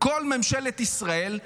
מכל ממשלת ישראל.